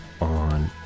on